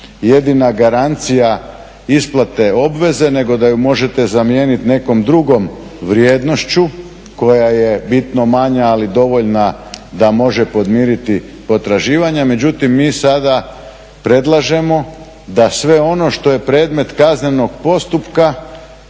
jedina garancija isplate obveze nego da ju možete zamijenit nekom drugom vrijednošću koja je bitno manja, ali dovoljna da može podmiriti potraživanja. Međutim, mi sada predlažemo da sve ono što je predmet kaznenog postupka